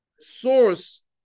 source